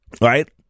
right